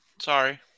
Sorry